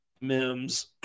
Mims